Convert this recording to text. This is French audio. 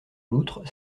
loutre